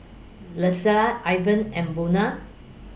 Lesia Ivan and Buna